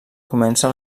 comença